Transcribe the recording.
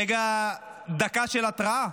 דקה של התרעה,